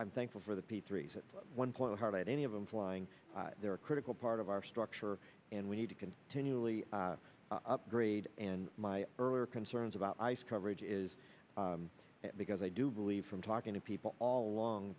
i'm thankful for the p three at one point hardly any of them flying there are a critical part of our structure and we need to continually upgrade and my earlier concerns about ice coverage is because i do believe from talking to people all along